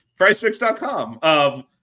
PriceFix.com